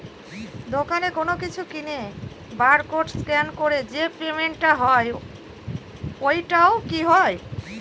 দোকানে কোনো কিছু কিনে বার কোড স্ক্যান করে যে পেমেন্ট টা হয় ওইটাও কি হয়?